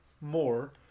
more